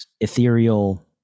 ethereal